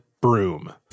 broom